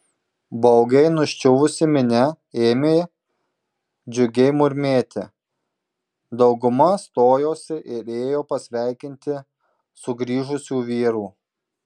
baugiai nuščiuvusi minia ėmė džiugiai murmėti dauguma stojosi ir ėjo pasveikinti sugrįžusių vyrų